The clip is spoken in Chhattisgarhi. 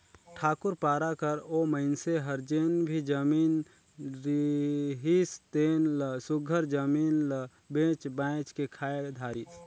ठाकुर पारा कर ओ मनखे हर जेन भी जमीन रिहिस तेन ल सुग्घर जमीन ल बेंच बाएंच के खाए धारिस